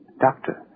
Doctor